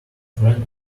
friend